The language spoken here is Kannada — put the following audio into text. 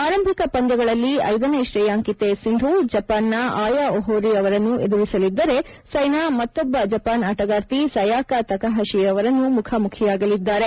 ಆರಂಭಿಕ ಪಂದ್ಯಗಳಲ್ಲಿ ಐದನೇ ಶ್ರೇಯಾಂಕಿತೆ ಸಿಂಧು ಜಪಾನ್ನ ಅಯಾ ಓಹೊರಿ ಅವರನ್ನು ಎದುರಿಸಲಿದ್ದರೆ ಸೈನಾ ಮತ್ತೊಬ್ಬ ಜಪಾನ್ ಆಟಗಾರ್ತಿ ಸಯಾಕ ತಕಹಶಿ ಅವರನ್ನು ಮುಖಾಮುಖಿಯಾಗಲಿದ್ದಾರೆ